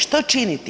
Što činiti?